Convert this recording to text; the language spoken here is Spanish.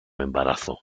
embarazo